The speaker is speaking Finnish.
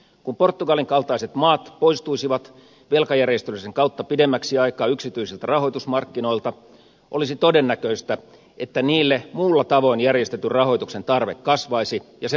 kun portugalin kaltaiset maat poistuisivat velkajärjestelyjen kautta pidemmäksi aikaa yksityisiltä rahoitusmarkkinoilta olisi todennäköistä että niille muulla tavoin järjestetyn rahoituksen tarve kasvaisi ja se vaikuttaisi suomeenkin